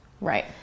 Right